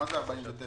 מה זה עמותה מס' 49?